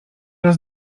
raz